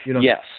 Yes